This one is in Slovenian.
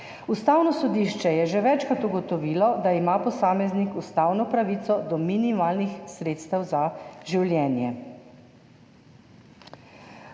Ustavno sodišče je že večkrat ugotovilo, da ima posameznik ustavno pravico do minimalnih sredstev za življenje.